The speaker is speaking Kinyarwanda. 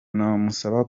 namusaba